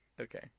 Okay